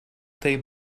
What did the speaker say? they